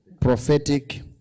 prophetic